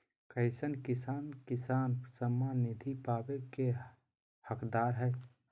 कईसन किसान किसान सम्मान निधि पावे के हकदार हय?